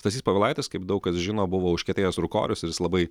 stasys povilaitis kaip daug kas žino buvo užkietėjęs rūkorius ir jis labai